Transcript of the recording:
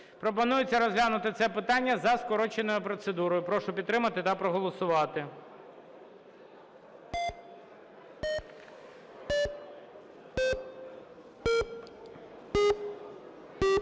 Пропонується розглянути це питання за скороченою процедурою. Прошу підтримати та проголосувати.